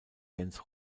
jens